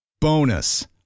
Bonus